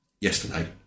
yesterday